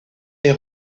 est